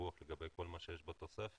דיווח על כל מה שיש בתוספת,